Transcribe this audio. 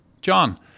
John